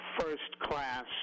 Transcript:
first-class